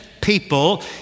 people